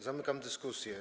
Zamykam dyskusję.